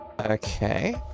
okay